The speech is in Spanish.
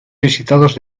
visitados